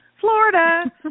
Florida